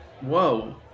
whoa